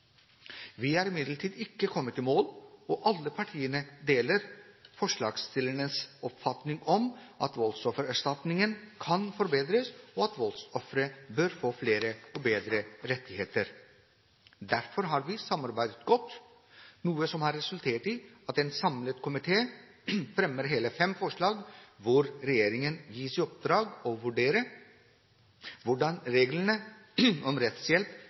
Vi er imidlertid ikke i mål, og alle partiene deler forslagsstillernes oppfatning av at voldsoffererstatningen kan forbedres, og at voldsofre bør få flere og bedre rettigheter. Derfor har vi samarbeidet godt, noe som har resultert i at en samlet komité fremmer hele fem forslag, der regjeringen gis i oppdrag å vurdere hvordan reglene om rettshjelp